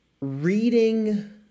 reading